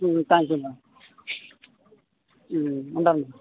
thank you madam ఉంటాను madam